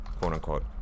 Quote-unquote